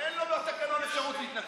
אין לו בתקנון אפשרות להתנצל.